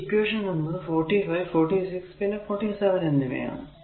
ഈ ഇക്വേഷൻ എന്നത് 45 46 പിന്നെ 47 എന്നിവ ആണ്